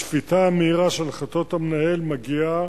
השפיטה המהירה של החלטות המנהל מגיעה